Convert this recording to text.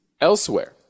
elsewhere